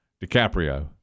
DiCaprio